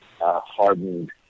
hardened